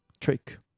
trick